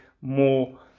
more